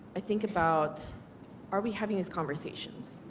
i think about are we having these conversations?